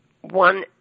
one